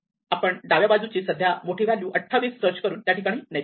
आपण डाव्या बाजूची सध्या मोठी व्हॅल्यू 28 सर्च करून त्या ठिकाणी नेतो